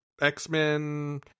X-Men